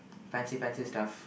fancy fancy stuff